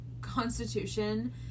constitution